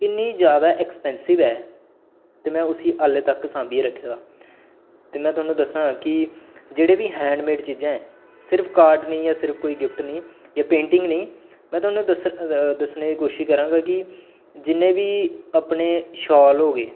इ'न्नी जादा एक्सपेंसिव ऐ ते में उसी हाले तक सांभिये रक्खे दा ते में थाह्नूं दस्सां की जेह्ड़े बी हैंडमेड चीजां ऐं सिर्फ कार्ड निं ऐ सिर्फ गिफ्ट निं जां पेंटिंग निं में थाह्नूं दस्सन दस्सने दी कोशिश करांगा की जि'न्ने बी अपने शॉल होए गे